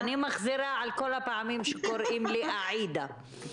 אני מחזירה על כל הפעמים שקוראים לי אעידה.